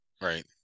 right